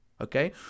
Okay